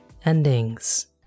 Endings